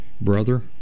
brother